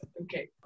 Okay